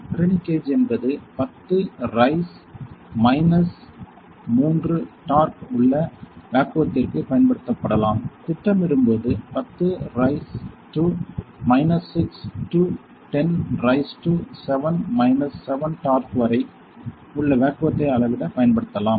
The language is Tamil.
பிரனி கேஜ் என்பது 10 ரைஸ் மைனஸ் 3 டார்க் உள்ள வேக்குவத்திற்கு பயன்படுத்தப்படலாம் திட்டமிடும்போது 10 raise to minus 6 to 10 raise to 7 minus 7 torr வரை உள்ள வேக்குவத்த்தை அளவிட பயன்படுத்தலாம்